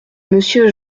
monsieur